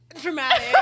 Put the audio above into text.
Dramatic